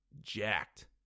jacked